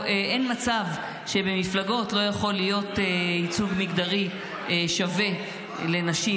אין מצב שבמפלגות לא יכול להיות ייצוג מגדרי שווה לנשים,